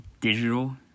digital